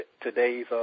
today's